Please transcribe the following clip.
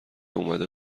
اومده